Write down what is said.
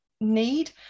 need